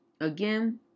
again